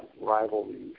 rivalry